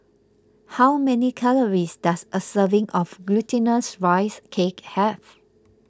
how many calories does a serving of Glutinous Rice Cake have